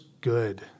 good